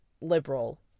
liberal